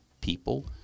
people